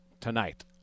tonight